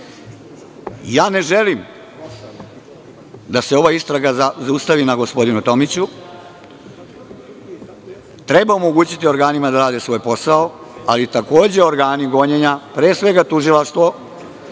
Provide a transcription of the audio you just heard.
želim da se ova istraga zaustavi na gospodinu Tomiću. Treba omogućiti organima da rade svoj posao, ali takođe organi gonjenja, pre svega tužilaštvo,